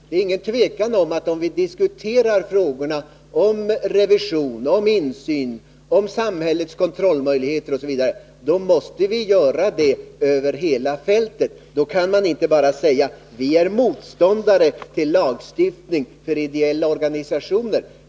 Det är inget tvivel om, att om vi diskuterar frågorna om revision, om insyn, om samhällets kontrollmöjligheter osv., så måste vi göra det över hela fältet, och då kan man inte bara säga: Vi är moståndare till en lagstiftning för ideella organisationer.